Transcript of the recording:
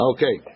Okay